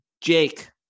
Jake